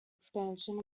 expansion